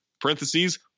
parentheses